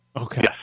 Okay